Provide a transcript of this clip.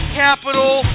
capital